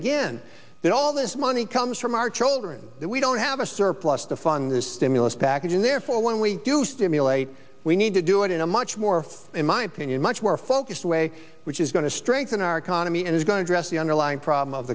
that all this money comes from our children that we don't have a surplus to fund this stimulus package and therefore when we do stimulate we need to do it in a much more in my opinion much more focused way which is going to strengthen our economy and it's going to dress the underlying problem of